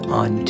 on